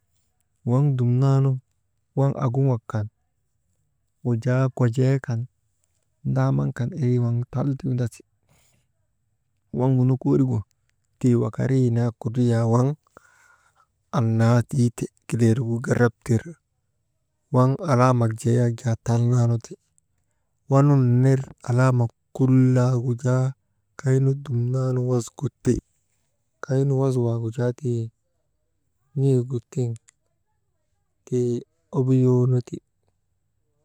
Waŋ dumnaanu waŋ aguŋak kan wujaa kujee kan, ndaamaŋ akn irii waŋ tal ti windasi, waŋgu nokoorigu tii wakarii naa kudriyaa waŋ annaa tiite kileerigu garap tiri, waŋ alaamak jee yak jaa tal naa nu ti, waŋ nun ner alaamak kullagu jaa kaynu dumnaanu wasgu ti, kaynu was waagu jaa n̰eegu tiŋ tii obuyoo nu ti.